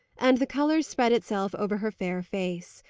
and the colour spread itself over her fair face.